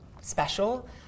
Special